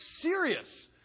serious